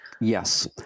Yes